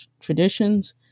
traditions